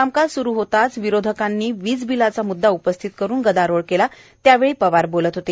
कामकाज सुरु होताच विरोधकांनी वीज बिलाचा मुददा उपस्थित करुन गदारोळ केला त्यावेळी पवार बोलत होते